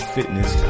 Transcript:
Fitness